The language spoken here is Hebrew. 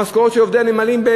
המשכורות של עובדי הנמלים,